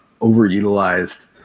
overutilized